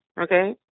Okay